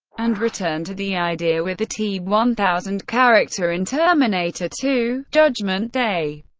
and returned to the idea with the t one thousand character in terminator two judgment day.